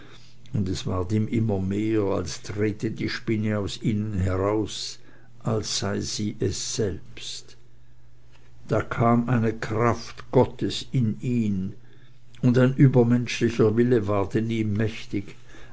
und es ward ihm immer mehr als trete die spinne aus ihnen heraus als sei sie es selbst da kam eine kraft gottes in ihn und ein übermenschlicher wille ward in ihm mächtig